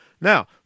Now